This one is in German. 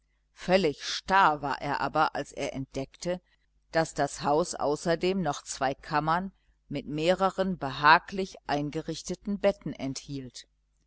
völlig starr war er aber als er entdeckte daß das haus außerdem noch zwei kammern mit mehreren behaglich eingerichteten betten enthielt